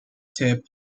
tip